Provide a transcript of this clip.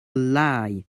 lie